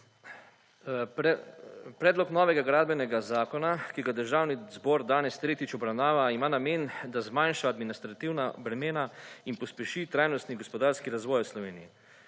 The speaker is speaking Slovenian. Predlog novega Gradbenega zakona, ki ga Državni zbor danes tretjič obravnava, ima namen, da zmanjša administrativna bremena in pospeši trajnostni gospodarski razvoj v Sloveniji.